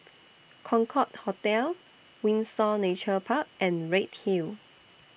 Concorde Hotel Windsor Nature Park and Redhill